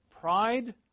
pride